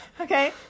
okay